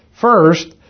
first